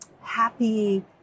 happy